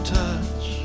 touch